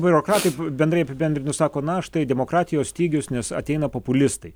biurokratai bendrai apibendrinus sako na štai demokratijos stygius nes ateina populistai